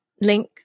link